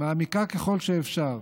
מעמיקה ככל שאפשר,